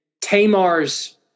Tamar's